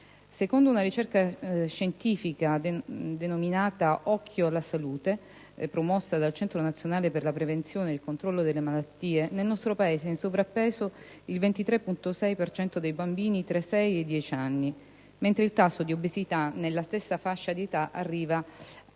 Secondo una ricerca scientifica, denominata "Okkio alla salute", promossa dal Centro nazionale per la prevenzione e il controllo delle malattie, nel nostro Paese è in sovrappeso il 23,6 per cento dei bambini tra i sei e i dieci anni, mentre il tasso di obesità nella stessa fascia d'età arriva al